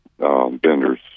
vendors